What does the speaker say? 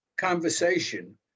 Conversation